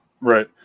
Right